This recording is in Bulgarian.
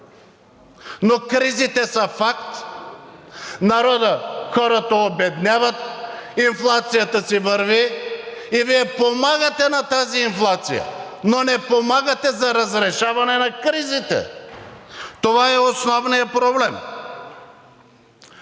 Но кризите са факт, народът, хората обедняват, инфлацията си върви и Вие помагате на тази инфлация, но не помагате за разрешаване на кризите. Това е основният проблем.